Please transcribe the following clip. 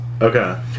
Okay